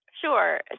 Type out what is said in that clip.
Sure